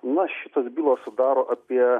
na šitos bylos sudaro apie